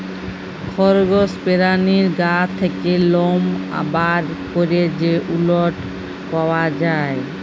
খরগস পেরানীর গা থ্যাকে লম বার ক্যরে যে উলট পাওয়া যায়